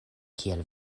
kiel